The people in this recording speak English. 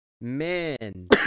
Man